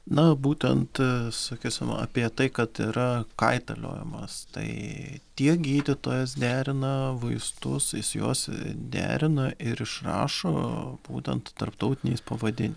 na būtent sakysim apie tai kad yra kaitaliojimas tai tiek gydytojas derina vaistus jis juos derina ir išrašo būtent tarptautiniais pavadin